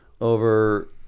over